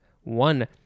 One